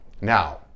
Now